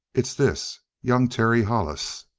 it's this young terry hollis.